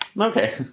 Okay